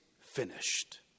finished